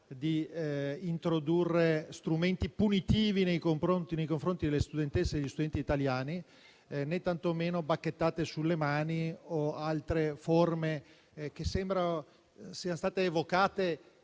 di introdurre strumenti punitivi nei confronti delle studentesse e degli studenti italiani, né tantomeno bacchettate sulle mani o altre forme che sembra siano state evocate